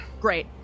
Great